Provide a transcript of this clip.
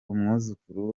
umwuzukuru